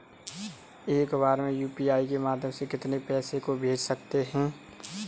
एक बार में यू.पी.आई के माध्यम से कितने पैसे को भेज सकते हैं?